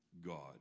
God